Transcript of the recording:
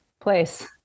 place